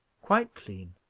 quite clean,